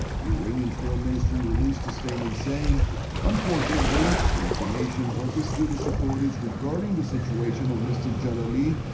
the iranian foreign ministry released a statement saying unfortunately, the information of the swedish authorities regarding the situation of mr. jalali,